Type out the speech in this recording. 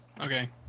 Okay